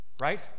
Right